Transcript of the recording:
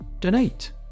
donate